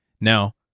Now